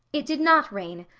it did not rain,